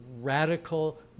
radical